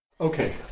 Okay